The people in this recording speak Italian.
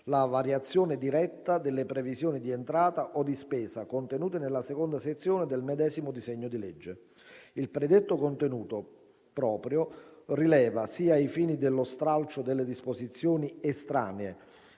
la variazione diretta delle previsioni di entrata o di spesa contenute nella seconda sezione del medesimo disegno di legge. Il predetto contenuto proprio rileva sia ai fini dello stralcio delle disposizioni estranee,